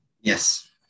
Yes